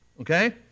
Okay